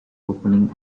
opening